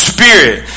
Spirit